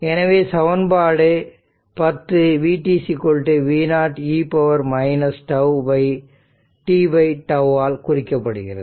எனவே சமன்பாடு 10 v V0 e ττ ஆல் குறிக்கப்படுகிறது